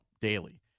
Daily